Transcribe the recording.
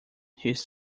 his